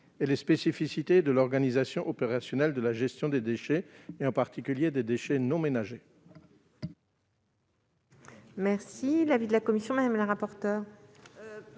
et les spécificités de l'organisation opérationnelle de la gestion des déchets, en particulier non ménagers.